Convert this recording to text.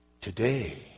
today